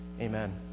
Amen